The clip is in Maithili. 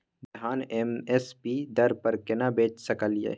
धान एम एस पी दर पर केना बेच सकलियै?